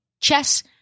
Chess